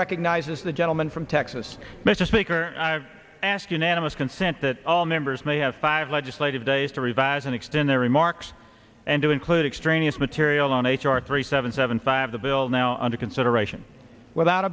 recognizes the gentleman from texas mr speaker i ask unanimous consent that all members may have five legislative days to revise and extend their remarks and to include extraneous material on h r three seven seven five the bill now under consideration without